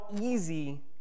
easy